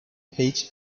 page